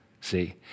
see